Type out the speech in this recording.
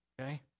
okay